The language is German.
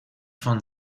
von